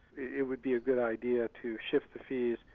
it would be a good idea to shift the fees.